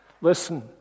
Listen